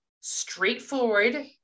straightforward